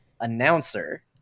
announcer